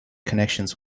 connections